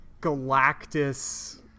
Galactus